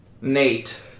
Nate